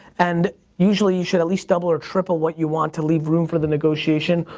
and usually, you should at least double or triple what you want to leave room for the negotiation.